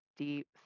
deep